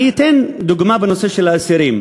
אני אתן דוגמה בנושא האסירים.